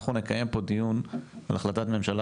אנחנו נקיים פה דיון על החלטת ממשלה